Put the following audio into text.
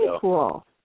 cool